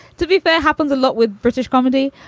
to be fair, happens a lot with british comedy.